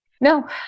No